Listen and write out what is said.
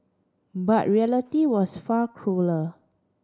but reality was far crueller